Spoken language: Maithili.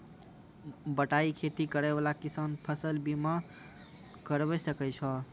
बटाई खेती करै वाला किसान फ़सल बीमा करबै सकै छौ?